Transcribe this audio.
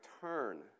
turn